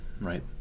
right